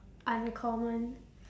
uncommon